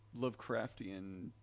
Lovecraftian